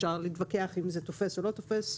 אפשר להתווכח אם זה תופס או לא תופס,